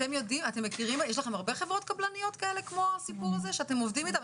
יש לכם הרבה חברות קבלניות כאלה שאתם עובדים איתן?